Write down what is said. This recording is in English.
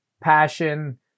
passion